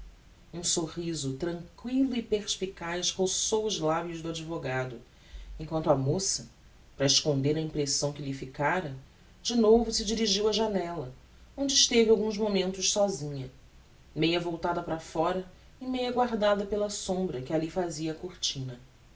um sorriso tranquillo e perspicaz roçou os labios do advogado em quanto a moça para esconder a impressão que lhe ficara de novo se dirigiu á janella onde esteve alguns momentos sósinha meia voltada para fóra e meia guardada pela sombra que alli fazia a cortina